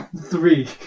Three